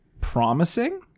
promising